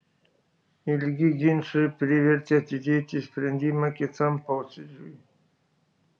ilgi ginčai privertė atidėti sprendimą kitam posėdžiui